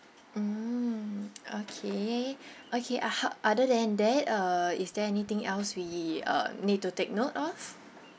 mm okay okay uh how other than that uh is there anything else we uh need to take note of